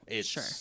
Sure